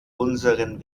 unseren